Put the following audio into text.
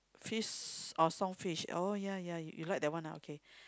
fish oh Song Fish oh ya ya you like that one ah okay